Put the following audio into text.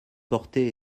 porté